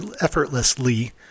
effortlessly